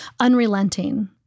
Unrelenting